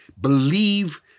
believe